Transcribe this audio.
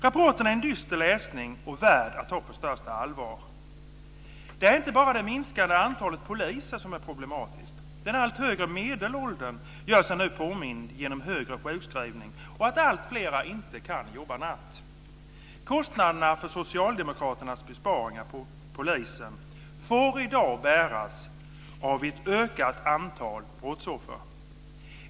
Rapporten är en dyster läsning, och den är värd att ta på största allvar. Det är inte bara det minskade antalet poliser som är problematiskt. Den allt högre medelåldern gör sig nu påmind genom fler sjukskrivningar och att alltfler inte kan jobba natt. Kostnaderna för socialdemokraternas besparingar på polisen får i dag bäras av ett ökat antal brottsoffer.